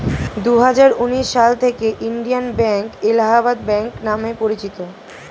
দুহাজার উনিশ সাল থেকে ইন্ডিয়ান ব্যাঙ্ক এলাহাবাদ ব্যাঙ্ক নাম পরিচিত